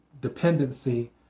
dependency